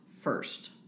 first